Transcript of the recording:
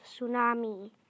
tsunami